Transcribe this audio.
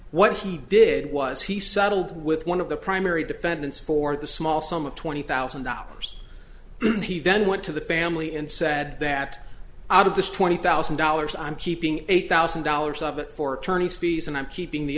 what he did was he settled with one of the primary defendants for the small sum of twenty thousand dollars he then went to the family and said that out of this twenty thousand dollars i'm keeping eight thousand dollars of it for attorney's fees and i'm keeping the